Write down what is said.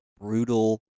brutal